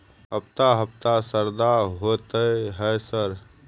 हफ्ता हफ्ता शरदा होतय है सर?